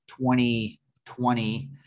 2020